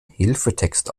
hilfetext